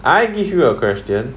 I give you a question